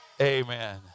Amen